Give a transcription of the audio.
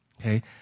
Okay